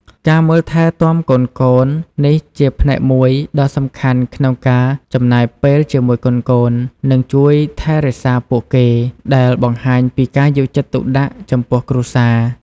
ការមើលថែទាំកូនៗ នេះជាផ្នែកមួយដ៏សំខាន់ក្នុងការចំណាយពេលជាមួយកូនៗ និងជួយថែរក្សាពួកគេ ដែលបង្ហាញពីការយកចិត្តទុកដាក់ចំពោះគ្រួសារ។